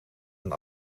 een